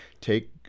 take